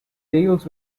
deals